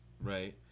right